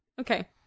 Okay